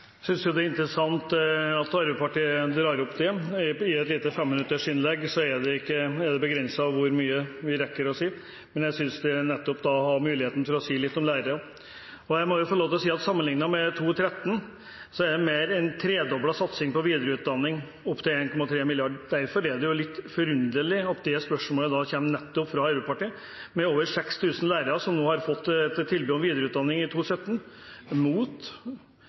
synes det er interessant at Arbeiderpartiet drar opp det. I et lite femminuttersinnlegg er det begrenset hvor mye man rekker å si. Men da har jeg muligheten til å si litt om lærere. Jeg må få lov til å si at sammenlignet med 2013 er det mer enn tredoblet satsing på videreutdanning, opp til 1,3 mrd. kr. Derfor er det litt forunderlig at det spørsmålet kommer nettopp fra Arbeiderpartiet. Over 6 000 lærere har nå fått et tilbud om videreutdanning i 2017, mot